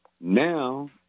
Now